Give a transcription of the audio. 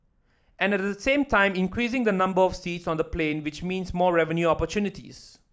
and the same time increasing the number of seats on the plane which means more revenue opportunities